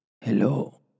Hello